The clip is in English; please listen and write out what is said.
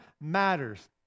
matters